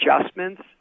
adjustments